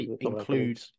include